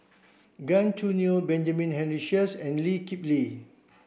Gan Choo Neo Benjamin Henry Sheares and Lee Kip Lee